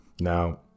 Now